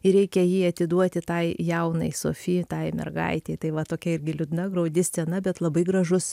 ir reikia jį atiduoti tai jaunai sofi tai mergaitei tai va tokia irgi liūdna graudi scena bet labai gražus